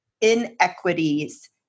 inequities